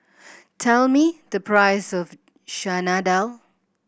tell me the price of Chana Dal